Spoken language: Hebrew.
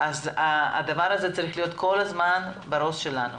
אז הדבר ה זה צריך להיות כל הזמן בראש שלנו